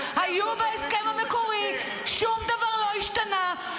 בגלל שהוא מבקש מנגנון שאשכרה יבדוק